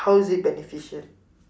how is it beneficial